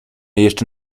jeszcze